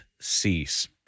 cease